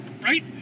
Right